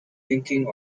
thinking